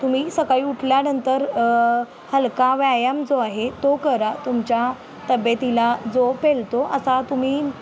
तुम्ही सकाळी उठल्यानंतर हलका व्यायाम जो आहे तो करा तुमच्या तब्येतीला जो पेलतो असा तुम्ही